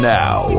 now